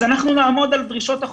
אז אנחנו נעמוד על דרישות החוק.